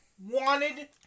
wanted